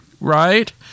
Right